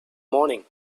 morning